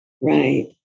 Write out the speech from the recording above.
Right